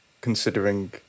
considering